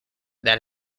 that